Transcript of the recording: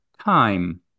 time